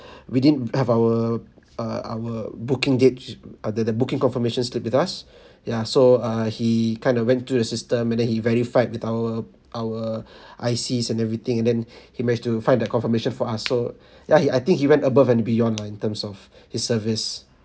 we didn't have our uh our booking date uh the the booking confirmation stood with us ya so uh he kind of went through the system and then he verified with our our I_Cs and everything and then he manage to find the confirmation for us so ya he I think he went above and beyond lah in terms of his service